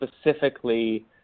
specifically